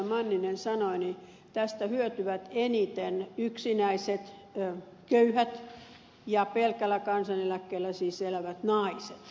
manninen sanoi tästä hyötyvät eniten yksinäiset köyhät ja siis pelkällä kansaneläkkeellä elävät naiset